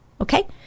Okay